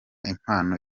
impano